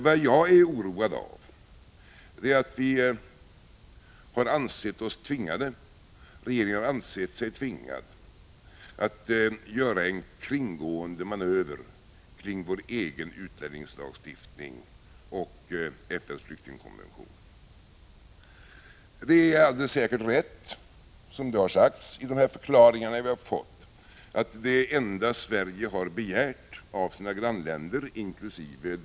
Vad jag är oroad av är att vi har ansett oss tvingade, att regeringen har ansett sig tvingad, att göra en kringgående manöver runt vår egen utlänningslagstiftning och FN:s flyktingkonvention. Det är alldeles säkert rätt som det har sagts i de förklaringar vi har fått, att det enda Sverige har begärt av sina grannländer inkl.